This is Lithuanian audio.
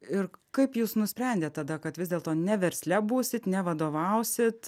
ir kaip jūs nusprendėt tada kad vis dėlto ne versle būsit ne vadovausit